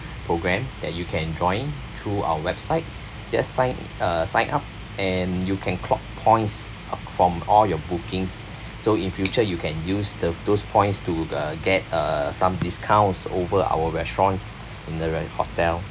program that you can join through our website just sign uh sign up and you can clock points from all your bookings so in future you can use the those points to uh get uh some discounts over our restaurants in the re~ hotel